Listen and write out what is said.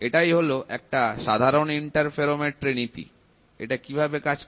এটাই হলো একটা সাধারণ ইন্টারফেরোমেট্রি নীতি এটা কিভাবে কাজ করে